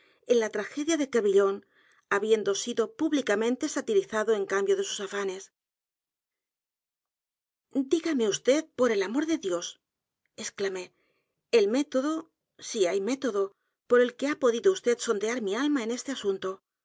en la tragedia de crebilloh habiendo sido públicamente satirizado en cambio de sus afanes dígame vd por el amor de d i o s exclamé ei método si hay método por el qué h a podido vd sondear mi alma en este asunto